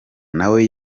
nawe